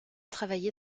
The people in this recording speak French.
travaillé